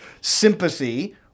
sympathy